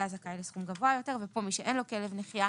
הוא היה זכאי לסכום גבוה יותר וכאן מי שאין לו כלב נחייה,